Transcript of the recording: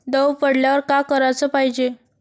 दव पडल्यावर का कराच पायजे?